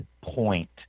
point